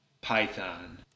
Python